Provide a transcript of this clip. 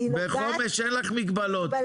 בחומש אין לך מגבלות,